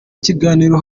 kiganiro